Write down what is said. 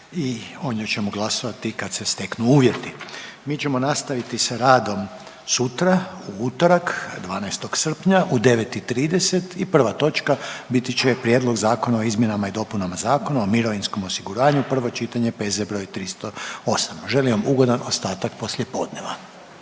i o njoj ćemo glasovati kad se steknu uvjeti. Mi ćemo nastaviti sa radom sutra u utorak 12. srpnja u 9,30 i prva točka biti će Prijedlog zakona o izmjenama i dopunama Zakona o mirovinskom osiguranju, prvo čitanje, P.Z. br. 308. Želim vam ugodan ostatak poslijepodneva.